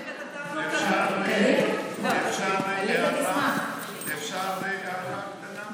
אני אמשיך את הטענות, אפשר הערה קטנה?